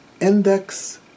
index